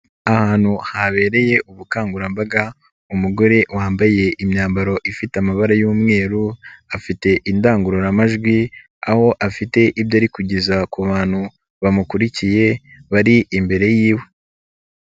Ahantu habereye ubukangurambaga, umugore wambaye imyambaro ifite amabara y'umweru, afite indangururamajwi aho afite ibyo ari kugeza ku bantu bamukurikiye bari imbere y'iwe.